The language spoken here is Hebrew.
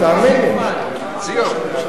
תאמין לי.